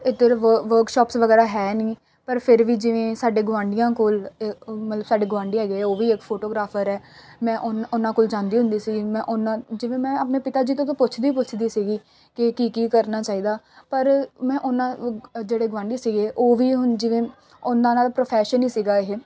ਇੱਧਰ ਵ ਵਰਕਸੋਪਸ ਵਗੈਰਾ ਹੈ ਨਹੀਂ ਪਰ ਫਿਰ ਵੀ ਜਿਵੇਂ ਸਾਡੇ ਗੁਆਂਢੀਆਂ ਕੋਲ ਮਤਲਬ ਸਾਡੇ ਗੁਆਂਢੀ ਹੈਗੇ ਉਹ ਵੀ ਇੱਕ ਫੋਟੋਗ੍ਰਾਫਰ ਹੈ ਮੈਂ ਉਨ ਉਹਨਾਂ ਕੋਲ ਜਾਂਦੀ ਹੁੰਦੀ ਸੀ ਮੈਂ ਉਹਨਾਂ ਜਿਵੇਂ ਮੈਂ ਆਪਣੇ ਪਿਤਾ ਜੀ ਤੋਂ ਤਾਂ ਪੁੱਛਦੀ ਪੁੱਛਦੀ ਸੀਗੀ ਕਿ ਕੀ ਕੀ ਕਰਨਾ ਚਾਹੀਦਾ ਪਰ ਮੈਂ ਉਹਨਾਂ ਜਿਹੜੇ ਗੁਆਂਢੀ ਸੀਗੇ ਉਹ ਵੀ ਹੁਣ ਜਿਵੇਂ ਉਹਨਾਂ ਨਾਲ ਪ੍ਰੋਫੈਸ਼ਨ ਹੀ ਸੀਗਾ ਇਹ